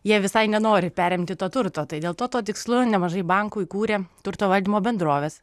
jie visai nenori perimti to turto tai dėl to tuo tikslu nemažai bankų įkūrė turto valdymo bendroves